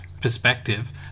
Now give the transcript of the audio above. perspective